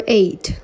eight